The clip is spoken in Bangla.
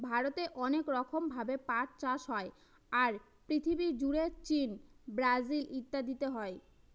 ভারতে অনেক রকম ভাবে পাট চাষ হয়, আর পৃথিবী জুড়ে চীন, ব্রাজিল ইত্যাদিতে হয়